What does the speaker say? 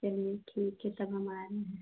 चलिए ठीक है तब हम आ रहे हैं